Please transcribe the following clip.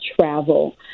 travel